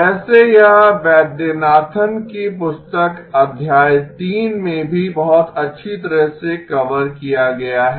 वैसे यह वैद्यनाथन की पुस्तक अध्याय 3 में भी बहुत अच्छी तरह से कवर किया गया है